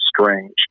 strange